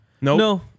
No